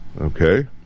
Okay